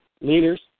Leaders